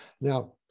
now